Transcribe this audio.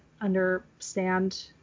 understand